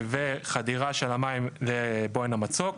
וחדירה של המים לבוהן המצוק.